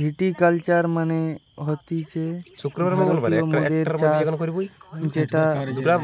ভিটি culture মানে হতিছে ভারতীয় মদের চাষ